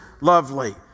lovely